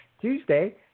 Tuesday